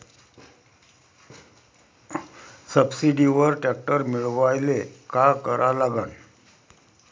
सबसिडीवर ट्रॅक्टर मिळवायले का करा लागन?